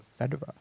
Federer